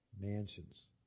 mansions